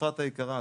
אפרת היקרה,